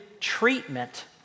treatment